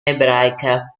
ebraica